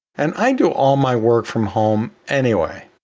and i do all my work from home anyway.